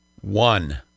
One